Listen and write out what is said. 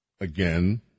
Again